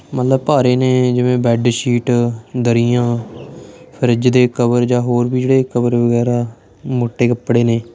ਮਤਲਬ ਭਾਰੇ ਨੇ ਜਿਵੇਂ ਬੈਡਸ਼ੀਟ ਦਰੀਆਂ ਫਰਿੱਜ ਦੇ ਕਵਰ ਜਾਂ ਹੋਰ ਵੀ ਜਿਹੜੇ ਕਵਰ ਵਗੈਰਾ ਮੋਟੇ ਕੱਪੜੇ ਨੇ